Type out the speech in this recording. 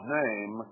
name